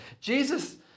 Jesus